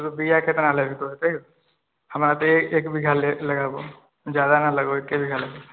बिया केतना लगतौ हमरा तऽ एक बीघा लगेबौ जादा नहि लगेबो एके बीघा लगेबो